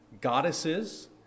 goddesses